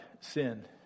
sin